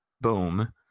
boom